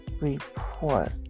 report